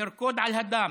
לרקוד על הדם.